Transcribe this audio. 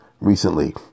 recently